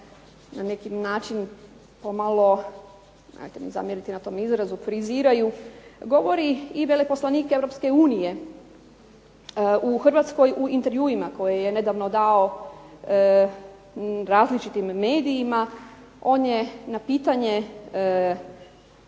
na neki način pomalo, nemojte mi zamjeriti na tom izrazu, friziraju, govori i veleposlanik EU u Hrvatskoj u intervjuima koje je nedavno dao različitim medijima. On je na pitanje